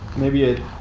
maybe a.